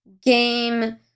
game